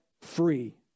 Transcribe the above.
free